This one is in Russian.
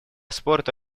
спорту